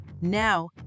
Now